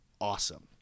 awesome